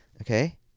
Okay